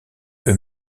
eux